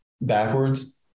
backwards